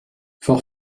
fort